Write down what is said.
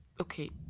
okay